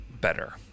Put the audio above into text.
better